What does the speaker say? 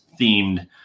themed